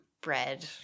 bread